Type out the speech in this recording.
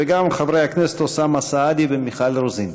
וגם חברי הכנסת אוסאמה סעדי ומיכל רוזין.